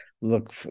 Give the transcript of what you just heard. Look